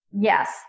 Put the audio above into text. yes